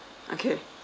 okay